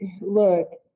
Look